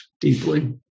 deeply